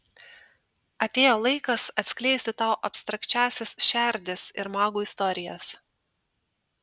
atėjo laikas atskleisti tau abstrakčiąsias šerdis ir magų istorijas